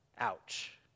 ouch